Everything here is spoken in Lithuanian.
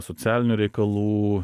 socialinių reikalų